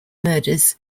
murders